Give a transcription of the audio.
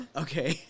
okay